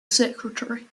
secretary